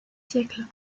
siècles